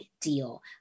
deal